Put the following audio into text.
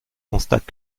constate